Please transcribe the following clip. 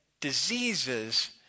diseases